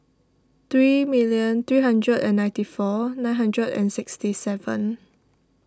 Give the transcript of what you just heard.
three million three hundred and ninety four nine hundred and sixty seven